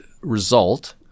result